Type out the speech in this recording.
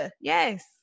yes